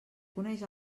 coneix